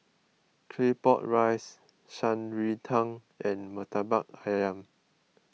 Claypot Rice Shan Rui Tang and Murtabak Ayam